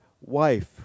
wife